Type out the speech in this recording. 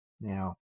Now